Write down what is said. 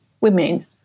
women